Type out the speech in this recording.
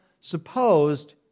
supposed